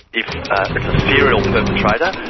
if it's a serial perpetrator,